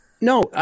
No